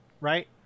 right